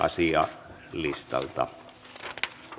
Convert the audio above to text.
asian käsittely päättyi